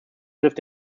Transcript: trifft